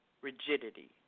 rigidity